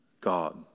God